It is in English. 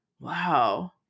Wow